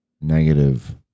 negative